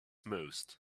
most